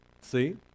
See